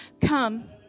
Come